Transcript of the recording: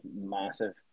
massive